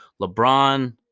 LeBron